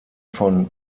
von